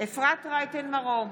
אפרת רייטן מרום,